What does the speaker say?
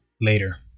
Later